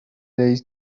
days